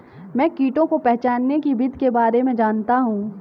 मैं कीटों को पहचानने की विधि के बारे में जनता हूँ